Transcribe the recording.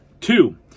Two